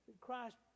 Christ